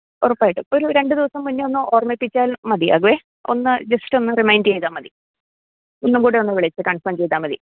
ഉറപ്പായിട്ടും ഇപ്പം ഒരു രണ്ട് ദിവസം മുന്നേ ഒന്ന് ഓർമിപ്പിച്ചാൽ മതിയാകും ഒന്ന് ജസ്റ്റ് ഒന്ന് റിമൈൻഡ് ചെയ്താൽ മതി ഒന്നും കൂടെ ഒന്ന് വിളിച്ച് കൺഫർം ചെയ്താൽ മതി